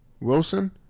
Wilson